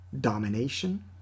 domination